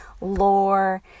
lore